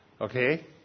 Okay